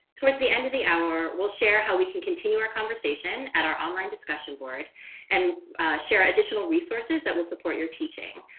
towards the end of the hour, we'll share how we can continue our conversation at our online discussion board and share ah additional resources that will support your teaching.